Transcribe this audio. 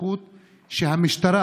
זכות שהמשטרה,